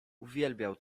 uwielbiał